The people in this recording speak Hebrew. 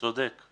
צודק.